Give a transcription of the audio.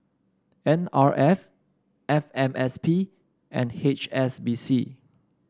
N R F F M S P and H S B C